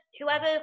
whoever